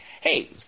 hey